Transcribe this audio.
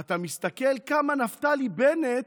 אתה מסתכל כמה נפתלי בנט